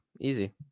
easy